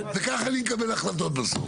וככה אני אקבל החלטות בסוף.